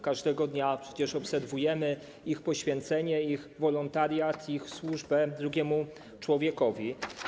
Każdego dnia przecież obserwujemy ich poświęcenie, ich wolontariat, ich służbę drugiemu człowiekowi.